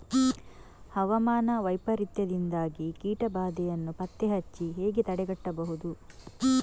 ಹವಾಮಾನ ವೈಪರೀತ್ಯದಿಂದಾಗಿ ಕೀಟ ಬಾಧೆಯನ್ನು ಪತ್ತೆ ಹಚ್ಚಿ ಹೇಗೆ ತಡೆಗಟ್ಟಬಹುದು?